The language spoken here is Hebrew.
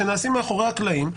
שנעשים מאחורי הקלעים,